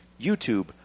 YouTube